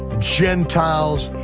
gentiles,